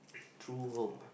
true home ah